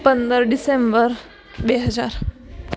પંદર ડિસેમ્બર બે હજાર